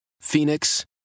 Phoenix